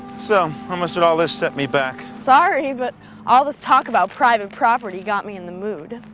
so, how much did all this set me back? sorry, but all this talk about private property got me in the mood.